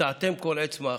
ונטעתם כל עץ מאכל".